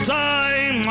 time